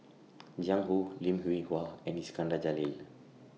Jiang Hu Lim Hwee Hua and Iskandar Jalil